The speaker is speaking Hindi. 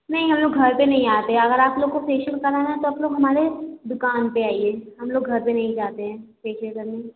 नहीं हम लोग घर पर नहीं आते हैं अगर आप लोग को फेशियल कराना है तो आप लोग हमारे दुकान पर आइए हम लोग घर पर नहीं जाते हैं फेशियल करने